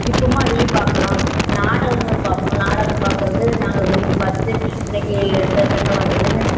இப்பவும் அதையும் பார்க்குறோம் நாடகங்கள் பார்ப்போம் நாடகம் பார்க்கறது நாங்கள் விரும்பிப் பார்த்துவிட்டு இன்னைக்கு இந்தக்கட்டம் வந்ததுன்னு